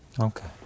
Okay